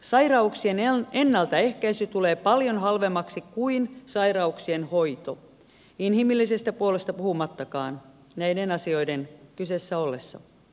sairauksien ennaltaehkäisy tulee paljon halvemmaksi kuin sairauksien hoito inhimillisestä puolesta puhumattakaan näiden asioiden kyseessä ollessa